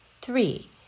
Three